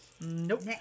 Nope